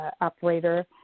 operator